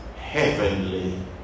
heavenly